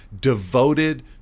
devoted